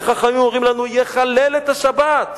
וחכמים אומרים לנו: יחלל את השבת.